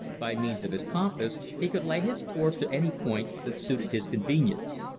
by means of his compass he could lay his course to any point that suited his convenience.